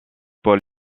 pôle